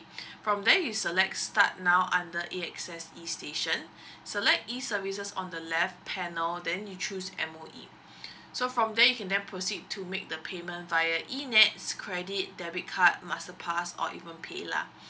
from there you select start now under A_X_S e station select e services on the left panel then you choose M_O_E so from there you can then proceed to make the payment via ENETS credit debit card masterpass or even PAYLAH